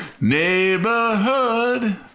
neighborhood